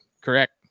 correct